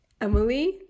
Emily